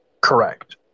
Correct